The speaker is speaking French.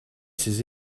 ses